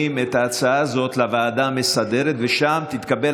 מעבירים את ההצעה הזאת לוועדה המסדרת ושם תתקבל